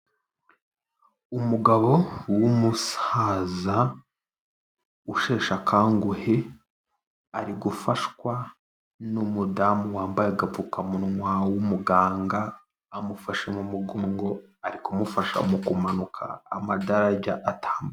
Umugabo w'umusaza usheshe akanguhe, ari gufashwa n'umudamu wambaye agapfukamunwa w'umuganga amufashe mu mugongo, ari kumufasha mu kumanuka amadarajya atambuka.